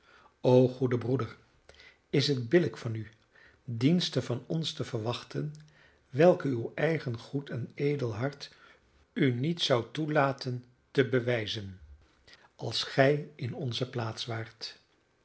o goede broeder is het billijk van u diensten van ons te verwachten welke uw eigen goed en edel hart u niet zou toelaten te bewijzen als gij in onze plaats waart